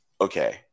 Okay